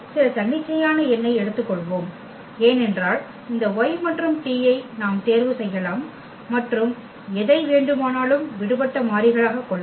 சில தன்னிச்சையான எண்ணை எடுத்துக்கொள்வோம் ஏனென்றால் இந்த y மற்றும் t ஐ நாம் தேர்வு செய்யலாம் மற்றும் எதை வேண்டுமானாலும் விடுபட்ட மாறிகளாக கொள்ளலாம்